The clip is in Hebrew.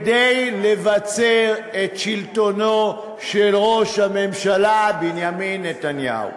לבצר את שלטונו של ראש הממשלה בנימין נתניהו.